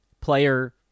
player